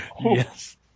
Yes